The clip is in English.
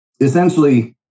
essentially